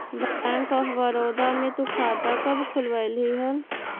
bank of Baroda में तु खाता कब खुलवैल्ही हल